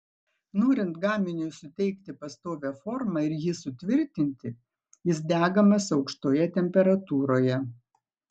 norint gaminiui suteikti pastovią formą ir jį sutvirtinti jis degamas aukštoje temperatūroje